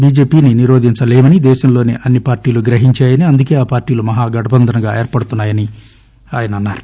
బిజెపిని నిరోధించలేమని దేశంలోని అన్ని పార్టీలు గ్రహించాయని అందుకే ఆ పార్టీలు మహాగట్భందన్గా ఏర్పడుతున్నా యని ఆయన అన్నారు